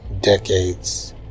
decades